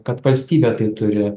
kad valstybė tai turi